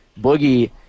Boogie